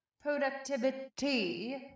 Productivity